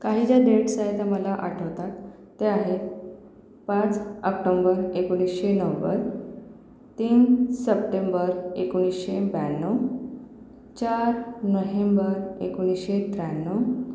काही ज्या डेट्स आहे त्या मला आठवतात ते आहेत पाच आक्टोंबर एकोणीसशे नव्वद तीन सप्टेंबर एकोणीसशे ब्याण्णव चार नोहेंबर एकोणीसशे त्र्याण्णव